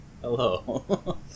Hello